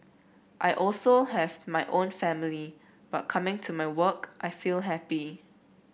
I also have my own family but coming to my work I feel happy